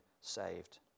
saved